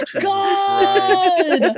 god